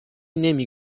نمی